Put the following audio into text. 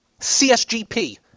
CSGP